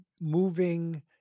moving